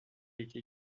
été